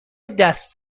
دست